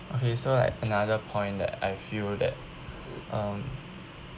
okay so like another point that I feel that um